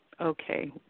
okay